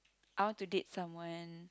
I want to date someone